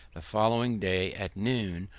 the following day at noon,